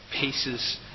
pieces